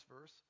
verse